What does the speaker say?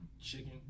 chicken